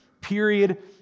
Period